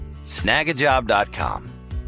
Snagajob.com